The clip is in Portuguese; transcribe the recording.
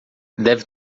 deve